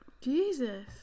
Jesus